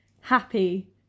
happy